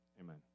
Amen